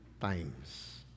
times